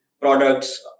products